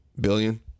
Billion